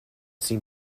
seem